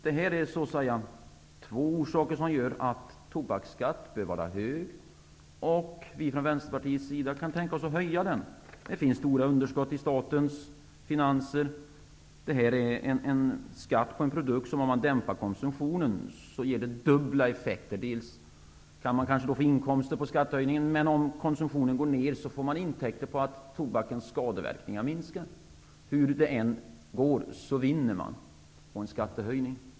Det här är två orsaker till att tobaksskatten bör vara hög, och vi i Vänsterpartiet kan även tänka oss att höja den. Det finns stora underskott i statens finanser, och det här är skatt på en produkt som ger så att säga dubbla effekter med tanke på om konsumtionen dämpas. Man kan få inkomster genom skattehöjningen, men om konsumtionen går ned får man intäkter genom att tobakens skadeverkningar minskar. Hur det än går så vinner man på en skattehöjning.